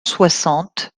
soixante